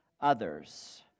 others